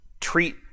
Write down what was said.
treat